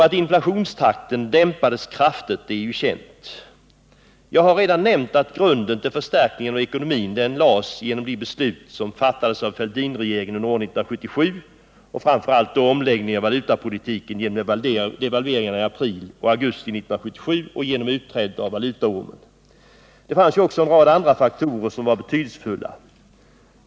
Att inflationstakten dämpades kraftigt är ju känt. Jag har redan nämnt att grunden till förstärkningen av ekonomin lades genom de beslut som fattades av Fälldinregeringen under år 1977, framför allt omläggningen av valutapolitiken genom devalveringarna i april och augusti 1977 och genom utträdet ur valutaormen. Det fanns också en rad andra faktorer som var betydelsefulla.